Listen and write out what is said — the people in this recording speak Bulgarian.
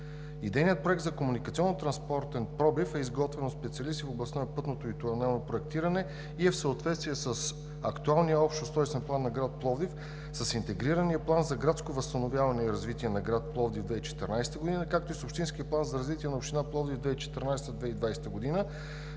пробив е изготвен от специалисти в областта на пътното и тунелното проектиране и е в съответствие с актуалния Общ устройствен план на град Пловдив, с Интегрирания план за градско възстановяване и развитие на град Пловдив – 2014 г., както и с Общинския план за развитие на община Пловдив 2014 – 2020 г.,